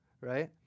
right